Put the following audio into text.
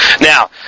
Now